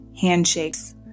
handshakes